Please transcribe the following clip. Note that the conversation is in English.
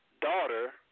daughter